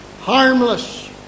Harmless